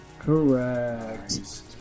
Correct